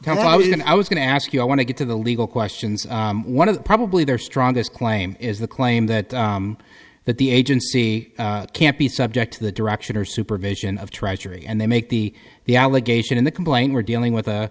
mean i was going to ask you i want to get to the legal questions one of the probably their strongest claim is the claim that that the agency can't be subject to the direction or supervision of treasury and they make the the allegation in the complaint we're dealing with